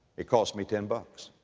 it cost me ten bucks,